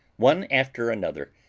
one after another,